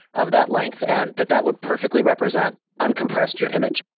of that length and that that would perfectly represent uncompressed your image,